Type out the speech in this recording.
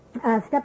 Step